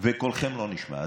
וקולכם לא נשמע.